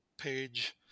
page